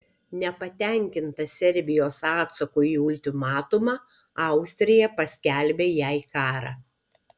nepatenkinta serbijos atsaku į ultimatumą austrija paskelbė jai karą